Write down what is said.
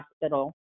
hospital